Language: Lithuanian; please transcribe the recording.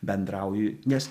bendrauji nes